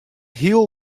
heel